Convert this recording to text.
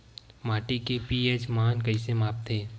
माटी के पी.एच मान कइसे मापथे?